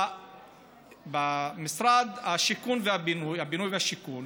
במשרד הבינוי והשיכון